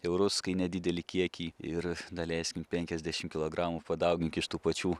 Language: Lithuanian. eurus kai nedidelį kiekį ir daleis penkiasdešim kilogramų padaugink iš tų pačių